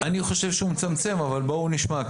אני חושב שהוא מצמצם אבל בואו נשמע.